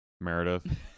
Meredith